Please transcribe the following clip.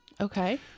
Okay